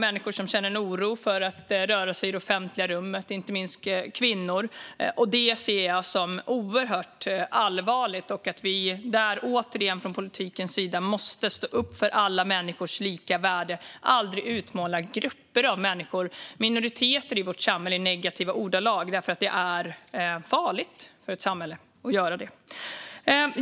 Människor kan känna en oro för att röra sig i det offentliga rummet, inte minst kvinnor. Det här ser jag som oerhört allvarligt, och vi måste från politikens sida stå upp för alla människors lika värde och aldrig utmåla grupper av människor, minoriteter i vårt samhälle, i negativa ordalag, för det är farligt för ett samhälle att göra det.